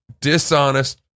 dishonest